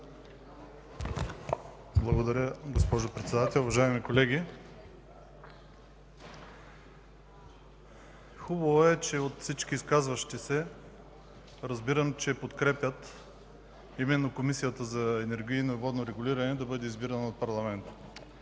Благодаря, госпожо Председател. Уважаеми колеги, хубаво е, че от всички изказващи се разбирам, че подкрепят Комисията за енергийно и водно регулиране да бъде избирана от парламента.